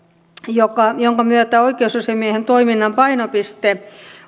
jonka myötä oikeusasiamiehen toiminnan painopiste